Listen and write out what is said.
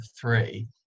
three